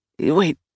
Wait